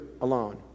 alone